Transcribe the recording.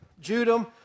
Judah